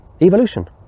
evolution